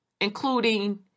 including